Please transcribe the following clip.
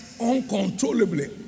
uncontrollably